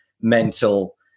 mental